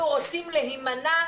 הן ניצלו את מלוא המכסה.